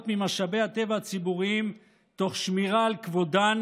ממשאבי הטבע הציבוריים תוך שמירה על כבודן,